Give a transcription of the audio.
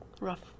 Rough